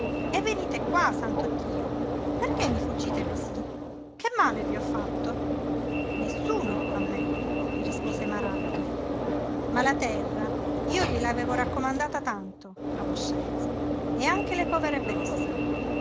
e venite qua santo dio perché mi fuggite cosí che male v'ho fatto nessuno a me gli rispose maràbito ma la terra io gliel'avevo raccomandata tanto a voscenza e anche le povere bestie